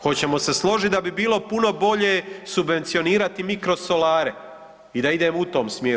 Hoćemo se složiti da bi bilo puno bolje subvencionirati mikrosolare i da idemo u tom smjeru.